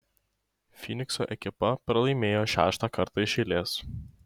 fynikso ekipa pralaimėjo šeštą kartą iš eilės